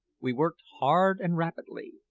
we worked hard and rapidly,